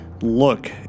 look